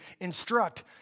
instruct